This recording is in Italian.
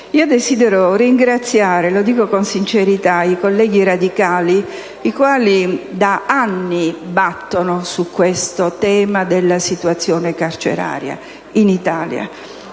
Desidero ringraziare - lo dico con sincerità - i colleghi radicali, i quali da anni battono sul tema della situazione carceraria in Italia,